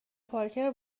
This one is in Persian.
پارکر